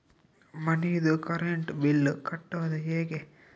ಮನಿದು current bill ಕಟ್ಟೊದು ಹೇಗೆ?